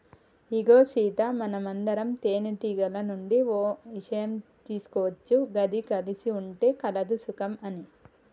ఇగో సీత మనందరం తేనెటీగల నుండి ఓ ఇషయం తీసుకోవచ్చు గది కలిసి ఉంటే కలదు సుఖం అని